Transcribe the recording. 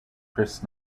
chris